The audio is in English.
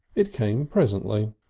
it came presently.